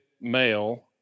male